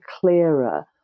clearer